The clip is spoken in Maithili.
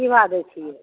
की भाव दै छियै